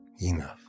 enough